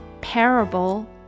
parable